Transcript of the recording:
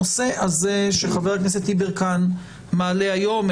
הנושא הזה שחבר הכנסת יברקן מעלה היום,